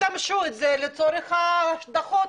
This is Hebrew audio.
תשתמשו בזה לצורך הדוחות.